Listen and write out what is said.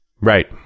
right